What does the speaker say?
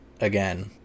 again